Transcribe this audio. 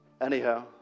Anyhow